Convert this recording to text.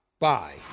Bye